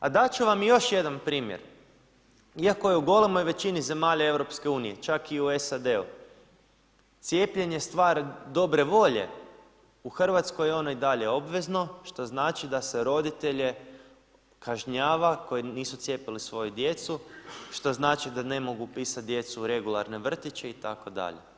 A dati ću vam još jedan primjer, iako je u golemoj većini zemalja EU čak i u SAD-u cijepljenje stvar dobre volje, u Hrvatskoj je ono i dalje obvezno što znači da se roditelje kažnjava koji nisu cijepili svoju djecu, što znači da ne mogu upisati djecu u regularne vrtiće itd.